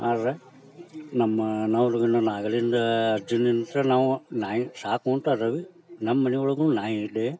ಆದ್ರೆ ನಮ್ಮ ಮನೆ ಒಳಗಿಂದ ನಾಗಲಿಂಗ ಅಜ್ಜನಿಂದ ನಾವು ನಾಯಿ ಸಾಕ್ಕೊಳ್ತಾ ಅದೀವಿ ನಮ್ಮನೆ ಒಳಗೂ ನಾಯಿ ಇದೆ